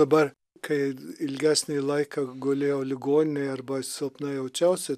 dabar kai ilgesnį laiką gulėjau ligoninėje arba silpna jaučiausi